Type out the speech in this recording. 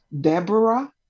Deborah